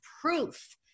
proof